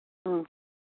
ꯑꯥ